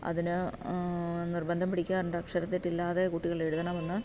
അതിന് നിർബന്ധം പിടിക്കാറുണ്ട് അക്ഷരത്തെറ്റില്ലാതെ കുട്ടികൾ എഴുതണമെന്ന്